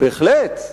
בהחלט,